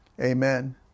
Amen